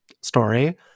story